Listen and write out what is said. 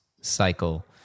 cycle